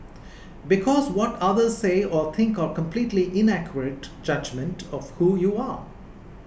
because what others say or think are completely inaccurate judgement of who you are